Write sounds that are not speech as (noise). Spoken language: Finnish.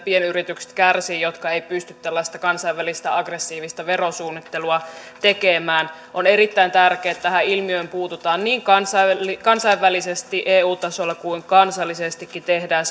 kärsivät pienyritykset jotka eivät pysty tällaista kansainvälistä aggressiivista verosuunnittelua tekemään on erittäin tärkeää että tähän ilmiöön puututaan niin kansainvälisesti kansainvälisesti eu tasolla kuin kansallisestikin tehdään (unintelligible)